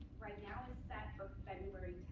right now, is set for february